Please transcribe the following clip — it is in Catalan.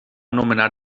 nomenar